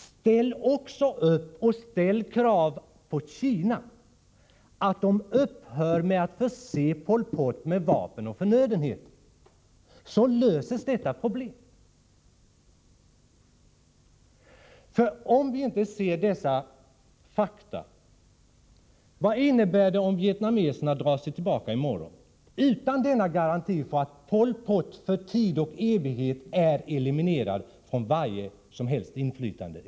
Ställ också krav på Kina att Kina skall upphöra med att förse Pol Pot med vapen och förnödenheter! Då kan detta problem lösas. Vad innebär det om vietnameserna drar sig tillbaka i morgon utan denna garanti för att Pol Pot för tid och evighet är eliminerad från varje inflytande i Kampuchea?